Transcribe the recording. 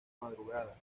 madrugada